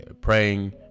praying